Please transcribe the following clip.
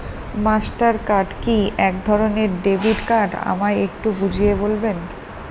Master card কি একধরণের debit card আমায় একটু বুঝিয়ে বলবেন?